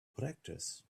practice